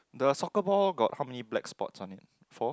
the soccer ball got how many black spots on it four